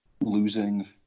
losing